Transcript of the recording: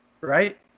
right